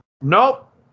nope